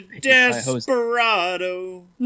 Desperado